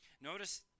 Notice